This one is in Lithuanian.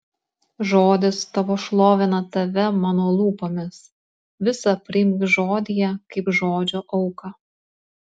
žodis tavo šlovina tave mano lūpomis visa priimk žodyje kaip žodžio auką